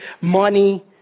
money